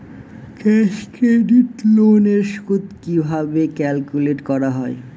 Cash credit loan এর সুদ কিভাবে ক্যালকুলেট করা হয়?